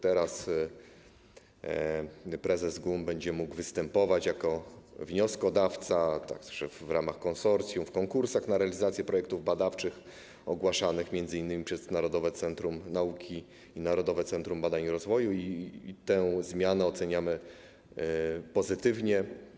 Teraz prezes GUM będzie mógł występować jako wnioskodawca, także w ramach konsorcjum, w konkursach na realizacje projektów badawczych ogłaszanych m.in. przez Narodowe Centrum Nauki i Narodowe Centrum Badań i Rozwoju i tę zmianę oceniamy pozytywnie.